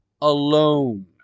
alone